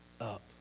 up